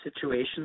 situations